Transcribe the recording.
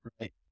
right